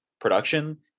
production